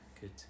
good